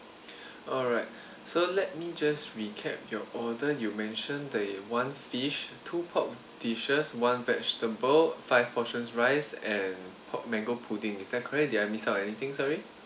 alright so let me just recap your order you mentioned the one fish two pork dishes one vegetable five portions rice and pork mango pudding is that correct did I miss out anything sorry